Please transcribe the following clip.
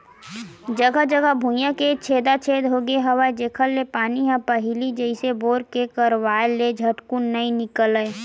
जघा जघा भुइयां के छेदा छेद होगे हवय जेखर ले पानी ह पहिली जइसे बोर के करवाय ले झटकुन नइ निकलय